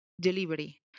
delivery